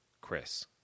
Chris